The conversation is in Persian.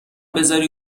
بزاری